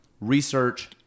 research